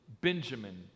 Benjamin